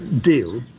deal